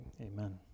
amen